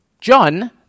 John